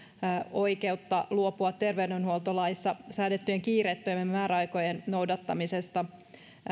oikeutta luopua terveydenhuoltolaissa säädettyjen kiireettömien määräaikojen noudattamisesta